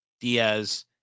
Diaz